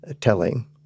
telling